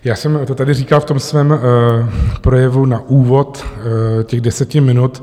Já jsem to tady říkal v tom svém projevu na úvod těch deseti minut.